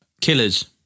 Killers